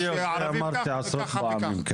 אני אמרתי עשרות פעמים.